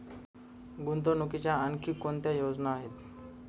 गुंतवणुकीच्या आणखी कोणत्या योजना आहेत?